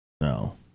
No